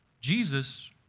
Jesus